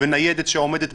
די, נו, רציני?